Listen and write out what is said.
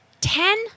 Ten